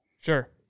Sure